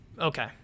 Okay